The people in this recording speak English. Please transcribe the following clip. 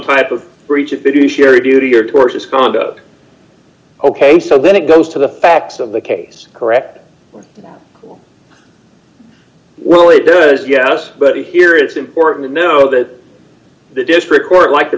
type of breach of duty or tortious conduct ok so then it goes to the facts of the case correct well it does yes but here it's important to know that the district court like the